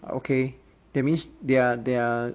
okay that means they are they are